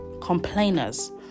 complainers